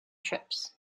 trips